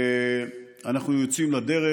ואנחנו יוצאים לדרך.